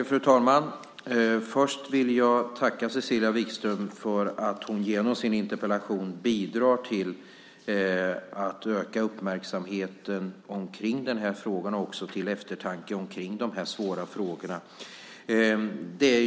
Fru talman! Först vill jag tacka Cecilia Wikström för att hon genom sin interpellation bidrar till att ge denna fråga ökad uppmärksamhet och också till eftertanke kring dessa svåra frågor.